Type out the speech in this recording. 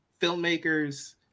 filmmakers